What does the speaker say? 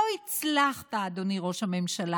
לא הצלחת, אדוני ראש הממשלה,